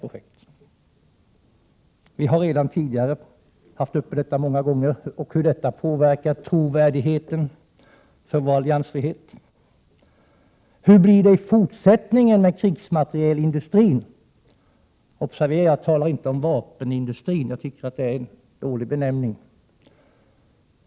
Denna fråga har debatterats många gånger, och man har diskuterat hur JAS-projektet påverkar trovärdigheten för vår alliansfrihet. Hur blir det i fortsättningen med krigsmaterielindustrin? Observera att jag inte talar om vapenindustrin, det är en dålig benämning.